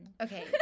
Okay